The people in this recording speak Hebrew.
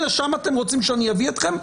אם לשם אתם רוצים שאני אביא אתכם,